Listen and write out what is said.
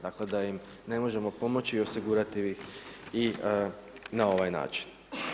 Dakle, da im ne možemo pomoći i osigurati ih i na ovaj način.